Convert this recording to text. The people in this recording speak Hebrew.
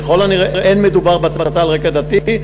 לא מדובר בהצתה על רקע דתי.